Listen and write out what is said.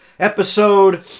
Episode